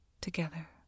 together